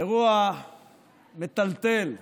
אירוע מטלטל.